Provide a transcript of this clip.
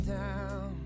down